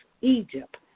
Egypt